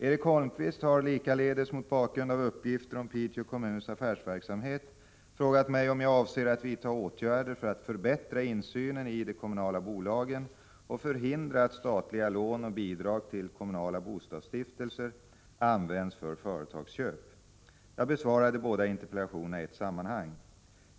Erik Holmkvist har likaledes mot bakgrund av uppgifter om Piteå kommuns affärsverksamhet frågat mig om jag avser att vidta åtgärder för att förbättra insynen i de kommunala bolagen och förhindra att statliga lån och bidrag till kommunala bostadsstiftelser används för företagsköp. Jag besvarar de båda interpellationerna i ett sammanhang.